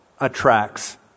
attracts